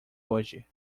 hoje